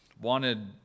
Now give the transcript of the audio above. wanted